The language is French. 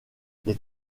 les